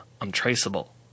untraceable